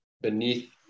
beneath